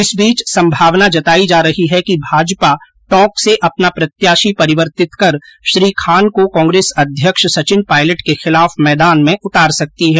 इस बीच संभावना जतायी जा रही है कि भाजपा टोंक से अपना प्रत्याशी परिवर्तित कर श्री खान को कांग्रेस अध्यक्ष सचिन पायलट के खिलाफ मैदान में उतार सकती है